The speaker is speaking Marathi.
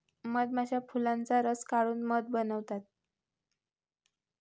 मधमाश्या फुलांचा रस काढून मध बनवतात